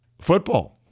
football